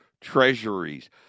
treasuries